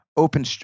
open